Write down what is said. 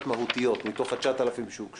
מהותיות מתוך ה-9,000 הסתייגויות שהוגשו.